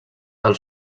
del